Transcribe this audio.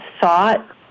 thought